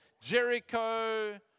Jericho